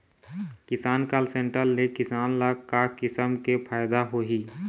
किसान call centre ले किसान ल का किसम के फायदा होही?